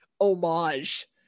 homage